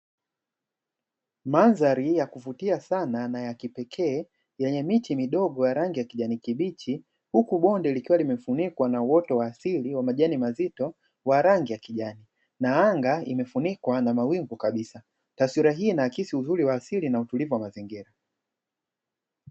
Mandhari ya kuvutia sana na ya kipekee yenye miti midogo yenye rangi ya kijani kibichi, huku bonde likiwa limefunikwa na uoto wa asili wa majani mazito wa rangi ya kijani na anga imefunikwa kwa wingu kabisa, taswira hii inaakisi uzuri wa asili na utulivu wa mazingira.